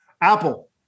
Apple